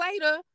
later